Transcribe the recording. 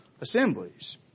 assemblies